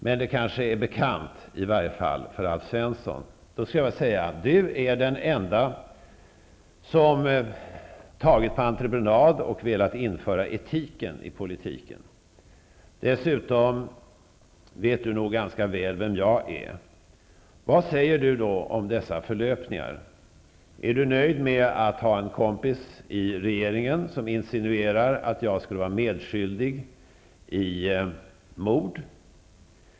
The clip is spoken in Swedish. Men det kanske är bekant, i varje fall för Alf Svensson. Jag skulle vilja säga att Alf Svensson är den ende som har tagit på entreprenad och velat införa etiken i politiken. Dessutom vet Alf Svensson ganska väl vem jag är. Vad säger då Alf Svensson om dessa förlöpningar? Är Alf Svensson nöjd med att ha en kompis i regeringen som insinuerar att jag skulle vara medskyldig till mord?